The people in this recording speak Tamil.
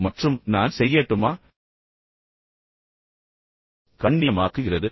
தயவு செய்து செய்வீர்களா என்பது கண்ணியமாக்குகிறது